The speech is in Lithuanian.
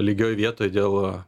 lygioj vietoj dėl